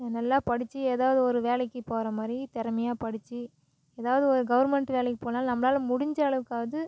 நல்லா படித்து ஏதாவது ஒரு வேலைக்கு போகிற மாதிரி திறமையா படித்து ஏதாவது ஒரு கவர்மெண்ட்டு வேலைக்கு போனாலும் நம்மளால முடிஞ்ச அளவுக்காவது